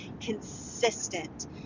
consistent